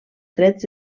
trets